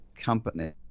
company